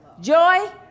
Joy